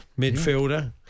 midfielder